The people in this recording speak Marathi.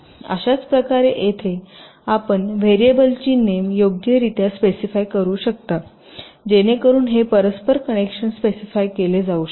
अशाच प्रकारे येथे आपण व्हेरिएबलची नेम योग्यरित्या स्पेसिफाय करू शकता जेणेकरून हे परस्पर कनेक्शन स्पेसिफाय केले जाऊ शकते